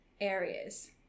areas